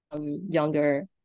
younger